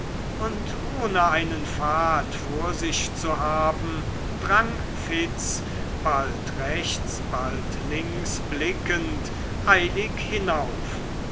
und ohne einen pfad vor sich zu haben drang fitz bald rechts bald links blickend eilig hinauf